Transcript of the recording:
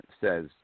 says